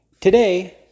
Today